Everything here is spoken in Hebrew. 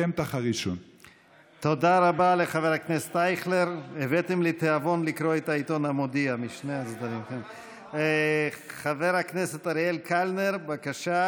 ב-2017, 1.97%, ב-2018, 2.9%. בקיצור,